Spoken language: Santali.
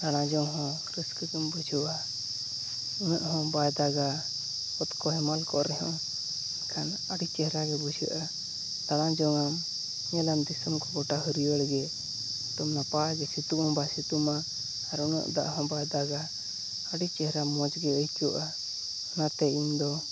ᱫᱟᱬᱟᱡᱚᱝᱦᱚᱸ ᱨᱟᱹᱥᱠᱟᱹᱜᱮᱢ ᱵᱩᱡᱷᱟᱹᱣᱟ ᱩᱱᱟᱹᱜᱦᱚᱸ ᱵᱟᱭ ᱫᱟᱜᱟ ᱚᱛ ᱠᱚ ᱦᱮᱢᱟᱞᱠᱚᱜ ᱨᱮᱦᱚᱸ ᱮᱱᱠᱷᱟᱱ ᱟᱹᱰᱤ ᱪᱮᱦᱨᱟᱜᱮ ᱵᱩᱡᱷᱟᱹᱜᱼᱟ ᱫᱟᱬᱟᱡᱚᱝᱟᱢ ᱧᱮᱞᱟᱢ ᱫᱤᱥᱚᱢᱠᱚ ᱜᱚᱴᱟ ᱦᱟᱹᱨᱭᱟᱹᱲᱜᱮ ᱮᱠᱫᱚᱢ ᱱᱟᱯᱟᱭᱜᱮ ᱥᱤᱛᱩᱝᱦᱚᱸ ᱵᱟᱭ ᱥᱤᱛᱩᱝᱟ ᱟᱨ ᱩᱱᱟᱹᱜ ᱫᱟᱜᱦᱚᱸ ᱵᱟᱭ ᱫᱟᱜᱟ ᱟᱹᱰᱤ ᱪᱮᱦᱨᱟ ᱢᱚᱡᱽᱜᱮ ᱟᱹᱭᱠᱟᱹᱜᱼᱟ ᱚᱱᱟᱛᱮ ᱤᱧᱫᱚ